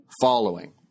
following